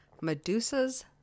Medusa's